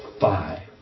five